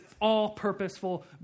all-purposeful